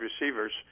receivers